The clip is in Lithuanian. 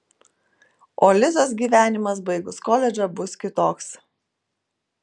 o lizos gyvenimas baigus koledžą bus kitoks